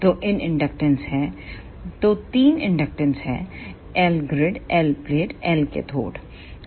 तो तीन इंडक्टेंस हैं L ग्रिडL प्लेट और L कैथोड हैं